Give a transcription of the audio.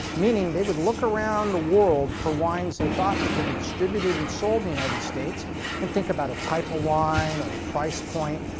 meaning they would look around the world for wines they thought that could be distributed and sold in the united states and think about a type of wine or a price point,